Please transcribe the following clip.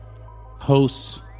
hosts